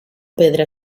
pedra